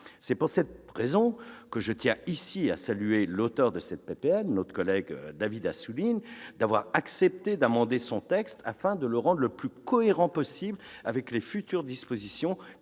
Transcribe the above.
C'est pour cette raison que je tiens ici à saluer l'auteur de cette proposition de loi, notre collègue David Assouline, pour avoir accepté d'amender son texte, afin de le rendre le plus cohérent possible avec les futures dispositions